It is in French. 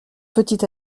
petit